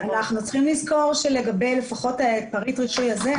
אנחנו צריכים לזכור שלגבי פריט רישוי זה,